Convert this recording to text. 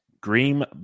Green